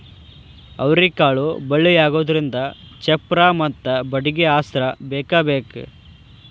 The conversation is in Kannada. ಅವ್ರಿಕಾಳು ಬಳ್ಳಿಯಾಗುದ್ರಿಂದ ಚಪ್ಪರಾ ಮತ್ತ ಬಡ್ಗಿ ಆಸ್ರಾ ಬೇಕಬೇಕ